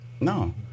no